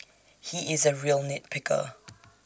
he is A real nit picker